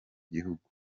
gihugu